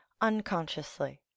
unconsciously